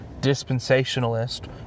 dispensationalist